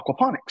aquaponics